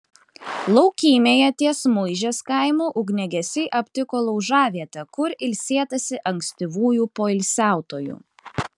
laukymėje ties muižės kaimu ugniagesiai aptiko laužavietę kur ilsėtasi ankstyvųjų poilsiautojų